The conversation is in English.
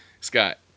Scott